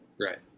Right